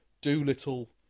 Doolittle